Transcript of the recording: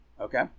Okay